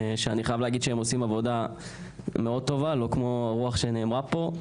שאני חייב להגיד שהם עושים עבודה מאוד טובה לא כמו הרוח שנאמרה פה,